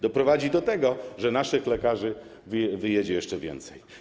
Doprowadzi do tego, że naszych lekarzy wyjedzie jeszcze więcej.